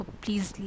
please